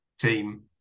team